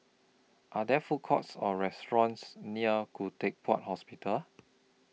Are There Food Courts Or restaurants near Khoo Teck Puat Hospital